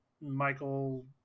Michael